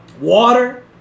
water